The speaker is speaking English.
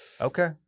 Okay